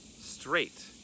straight